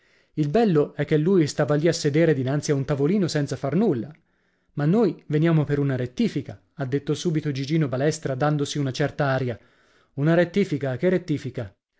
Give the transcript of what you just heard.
il bello è che lui stava lì a sedere dinanzi a un tavolino senza far nulla ma noi veniamo per una rettifica ha detto subito gigino balestra dandosi una certa aria una rettifica che rettifica